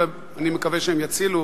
ואני מקווה שהם יצילו,